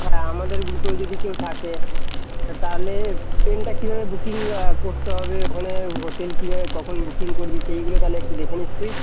হ্যাঁ আমাদের গ্রূপেও যদি কেউ থাকে তাহলে ট্রেনটা কীভাবে বুকিং করতে হবে ওখানে হোটেল কীভাবে কখন বুকিং করবি সেইগুলো তাহলে একটু দেখে নিস তুই